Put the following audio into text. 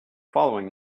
following